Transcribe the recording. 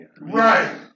Right